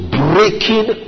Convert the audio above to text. breaking